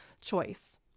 choice